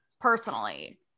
personally